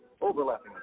overlapping